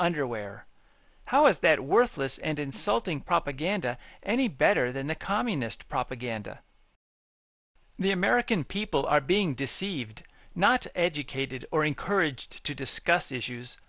underwear how is that worthless and insulting propaganda any better than the communist propaganda the american people are being deceived not educated or encouraged to discuss issues